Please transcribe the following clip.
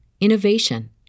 innovation